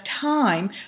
time